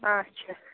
آچھا